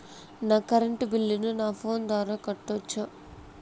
నా కరెంటు బిల్లును నా ఫోను ద్వారా కట్టొచ్చా?